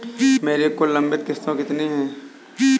मेरी कुल लंबित किश्तों कितनी हैं?